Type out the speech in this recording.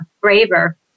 braver